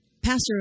Pastor